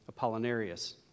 Apollinarius